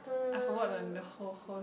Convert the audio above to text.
I forgotten the whole whole